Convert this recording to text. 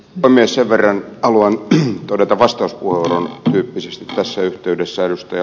sen verran haluan todeta vastauspuheenvuorontyyppisesti tässä yhteydessä ed